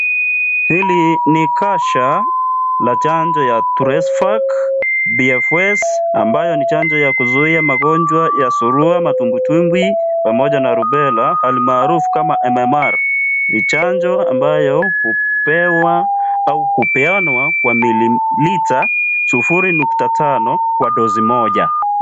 Hili ni kasha la chanjo ya Tresivac PFS ambayo ni chanjo ya kuzuia magonjwa ya Surua, Matumbwitumbwi pamoja na Rubela almaarufu kama MMR. Ni chanjo ambayo hupewa au kupewa kwa mililita sufuri nukta tano kwa dozi moja.